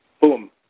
boom